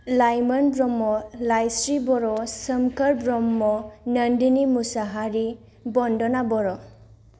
Laimon Brahma Laisri Boro Somkhor Brahma Nandini Mushahary Bandana Bodo